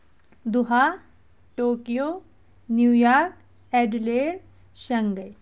Doha Tokyo New York Adelaide Shanghai